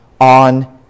on